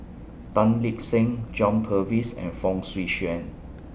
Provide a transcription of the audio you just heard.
Tan Lip Seng John Purvis and Fong Swee Suan